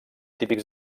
típics